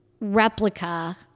replica